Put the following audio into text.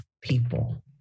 people